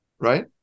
right